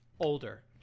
Older